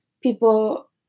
people